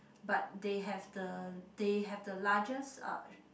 but they have the they have the largest uh